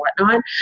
whatnot